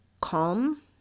calm